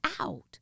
out